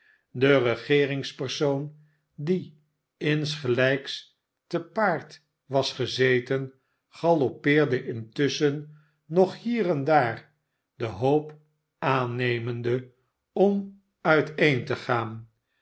de regeeringspersoon die insgelijks te paard was gezeten galopeerde intusschen nog hier en daar den hoop aanmanende om uiteen te gaan